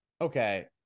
Okay